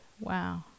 Wow